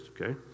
Okay